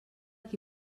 qui